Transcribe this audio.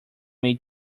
may